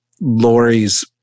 Lori's